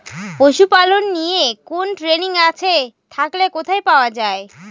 পশুপালন নিয়ে কোন ট্রেনিং আছে থাকলে কোথায় পাওয়া য়ায়?